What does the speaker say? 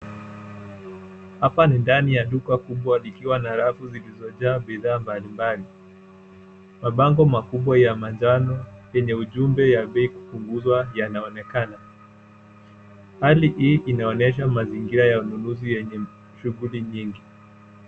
Hapa ni ndani ya duka kubwa likiwa na rafu zilizojaa bidhaa mblimbali. Mabango makubwa ya manjano yenye ujumbe ya bei kupunguzwa yanaonekana. Hali hii inaonyesha mazingira ya ununuzi yenye shuguli nyingi.